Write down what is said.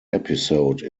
episode